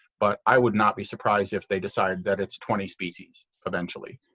but i would not be surprised if they decide that it's twenty species potentially